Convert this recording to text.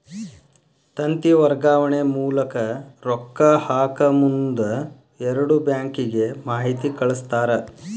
ತಂತಿ ವರ್ಗಾವಣೆ ಮೂಲಕ ರೊಕ್ಕಾ ಹಾಕಮುಂದ ಎರಡು ಬ್ಯಾಂಕಿಗೆ ಮಾಹಿತಿ ಕಳಸ್ತಾರ